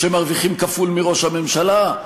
שמרוויחים כפול מראש הממשלה,